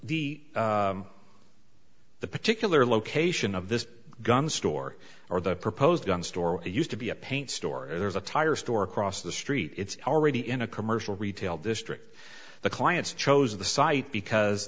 the the particular location of this gun store or the proposed gun store used to be a paint store and there's a tire store across the street it's already in a commercial retail district the clients chose the site because